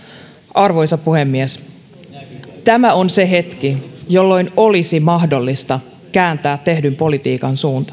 arvoisa puhemies tämä on se hetki jolloin olisi mahdollista kääntää tehdyn politiikan suunta